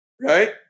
Right